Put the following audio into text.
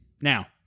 Now